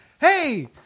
hey